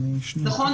נכון,